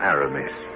Aramis